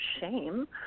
shame